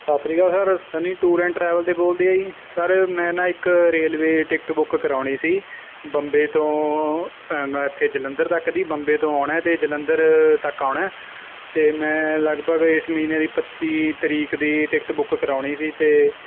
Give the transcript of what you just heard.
ਸਤਿ ਸ਼੍ਰੀ ਅਕਾਲ sir Sunny tour and travel ਤੋਂ ਬੋਲਦੇ ਐ ਜੀ ਸਰ ਮੈਂ ਨਾ ਇੱਕ ਰੇਲਵੇ ਟਿਕਟ ਬੁੱਕ ਕਰਾਉਣੀ ਸੀ ਬੰਬੇ ਤੋਂ ਹੈਗਾ ਇੱਥੇ ਜਲੰਧਰ ਤੱਕ ਦੀ ਬੰਬੇ ਤੋਂ ਆਉਣਾ ਅਤੇ ਜਲੰਧਰ ਤੱਕ ਆਉਣਾ ਅਤੇ ਮੈਂ ਲਗਭਗ ਇਸ ਮਹੀਨੇ ਦੀ ਪੱਚੀ ਤਰੀਕ ਦੀ ਟਿਕਟ ਬੁੱਕ ਕਰਾਉਣੀ ਸੀ ਅਤੇ